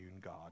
God